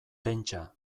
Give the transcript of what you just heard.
pentsa